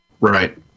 Right